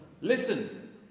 Listen